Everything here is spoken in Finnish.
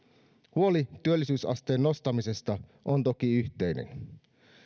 huoli työllisyysasteen nostamisesta on toki yhteinen